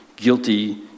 guilty